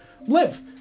live